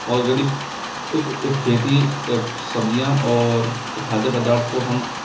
organic एक खेती सब्ज़ियाँ और खाद्य पदार्थ को हम